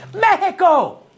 Mexico